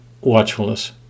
watchfulness